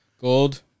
gold